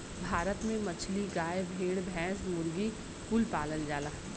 भारत में मछली, गाय, भेड़, भैंस, मुर्गी कुल पालल जाला